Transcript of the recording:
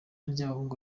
ry’abahungu